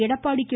Edappadi K